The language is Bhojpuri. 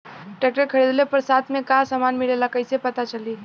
ट्रैक्टर खरीदले पर साथ में का समान मिलेला कईसे पता चली?